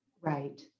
Right